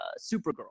Supergirl